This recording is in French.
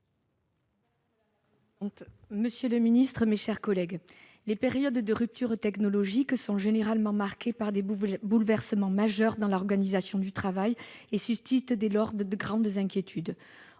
est à Mme Viviane Artigalas. Les périodes de ruptures technologiques sont généralement marquées par des bouleversements majeurs de l'organisation du travail et suscitent dès lors de grandes inquiétudes.